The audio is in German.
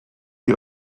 die